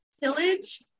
tillage